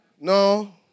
No